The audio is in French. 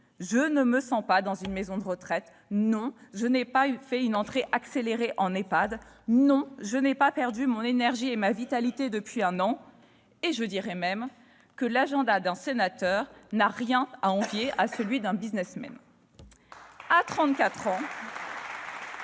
d'être dans une maison de retraite ! Non, je n'ai pas fait une entrée accélérée en EHPAD ! Non, je n'ai pas perdu mon énergie et ma vitalité depuis un an ! Très bien ! Je dirai même que l'agenda d'un sénateur n'a rien à envier à celui d'un !